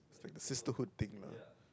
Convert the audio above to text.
like the sisterhood thing lah